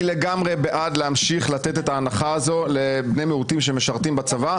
אני לגמרי בעד להמשיך לתת את ההנחה הזאת לבני מיעוטים שמשרתים בצבא,